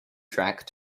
track